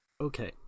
Okay